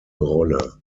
rolle